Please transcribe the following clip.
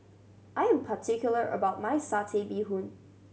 I am particular about my Satay Bee Hoon